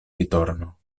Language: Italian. ritorno